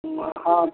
ହଁ